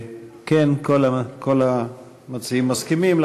כן, כל המציעים מסכימים.